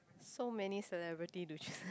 so many celebrity to choose